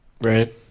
Right